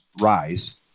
rise